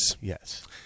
Yes